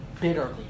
bitterly